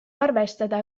arvestada